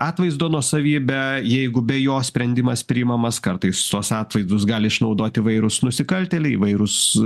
atvaizdo nuosavybę jeigu be jo sprendimas priimamas kartais tuos atvaizdus gali išnaudoti įvairūs nusikaltėliai įvairūs